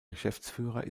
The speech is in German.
geschäftsführer